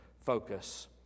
focus